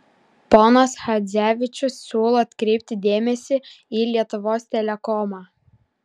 ponas chadzevičius siūlo atkreipti dėmesį į lietuvos telekomą